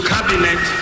Cabinet